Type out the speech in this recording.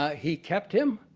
ah he kept him,